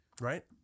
Right